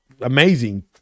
amazing